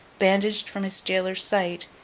bandaged from his jailer's sight,